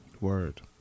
word